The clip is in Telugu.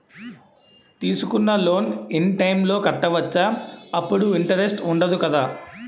తీసుకున్న లోన్ ఇన్ టైం లో కట్టవచ్చ? అప్పుడు ఇంటరెస్ట్ వుందదు కదా?